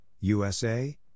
USA